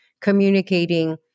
communicating